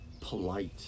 polite